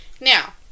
Now